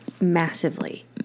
massively